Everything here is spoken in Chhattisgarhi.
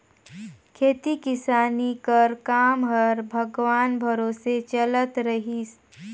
खेती किसानी कर काम हर भगवान भरोसे चलत रहिस